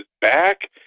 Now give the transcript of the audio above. back